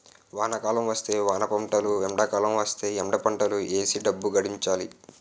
వానాకాలం వస్తే వానపంటలు ఎండాకాలం వస్తేయ్ ఎండపంటలు ఏసీ డబ్బు గడించాలి